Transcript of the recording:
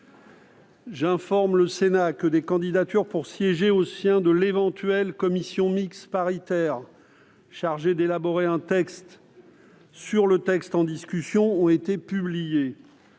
J'informe le Sénat que des candidatures pour siéger au sien de l'éventuelle commission mixte paritaire chargée d'élaborer un texte sur les dispositions restant en